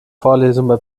vorlesungen